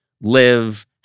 live